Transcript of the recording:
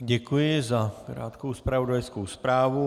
Děkuji za krátkou zpravodajskou zprávu.